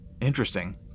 Interesting